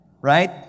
Right